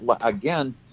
Again